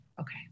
Okay